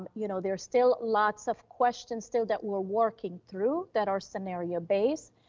um you know, there are still lots of questions still that we're working through that are scenario based,